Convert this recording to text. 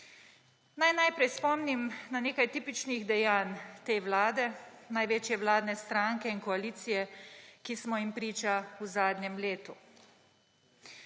Naj najprej spomnim na nekaj tipičnih dejanj te vlade, največje vladne stranke in koalicije, ki smo jim priča v zadnjem letu.